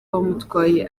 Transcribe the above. bamutwaye